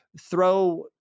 Throw